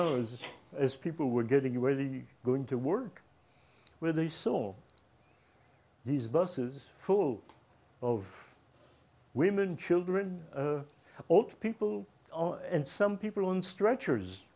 hours as people were getting ready going to work where they saw these buses full of women children old people and some people on stretchers